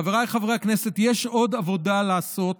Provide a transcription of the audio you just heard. חבריי חברי הכנסת, יש עוד עבודה לעשות